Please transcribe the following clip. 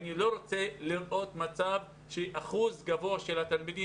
אני לא רוצה לראות מצב שאחוז גבוה של התלמידים